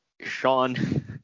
Sean